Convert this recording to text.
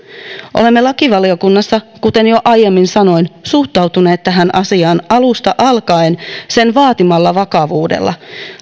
olemme lakivaliokunnassa kuten jo aiemmin sanoin suhtautuneet tähän asiaan alusta alkaen sen vaatimalla vakavuudella